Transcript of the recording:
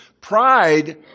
pride